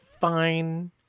fine